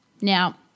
Now